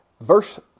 verse